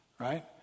right